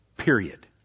Period